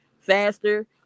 faster